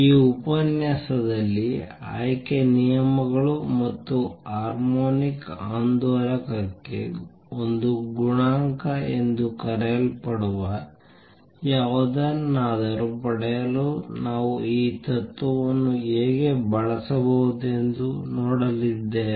ಈ ಉಪನ್ಯಾಸದಲ್ಲಿ ಆಯ್ಕೆ ನಿಯಮಗಳು ಮತ್ತು ಹಾರ್ಮೋನಿಕ್ ಆಂದೋಲಕಕ್ಕೆ ಒಂದು ಗುಣಾಂಕ ಎಂದು ಕರೆಯಲ್ಪಡುವ ಯಾವುದನ್ನಾದರೂ ಪಡೆಯಲು ನಾವು ಈ ತತ್ವವನ್ನು ಹೇಗೆ ಬಳಸಬಹುದೆಂದು ನೋಡಲಿದ್ದೇವೆ